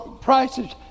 prices